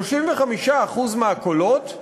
35% מהקולות,